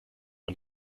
man